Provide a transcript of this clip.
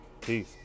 Peace